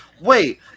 Wait